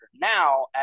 now